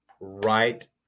right